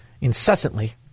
incessantly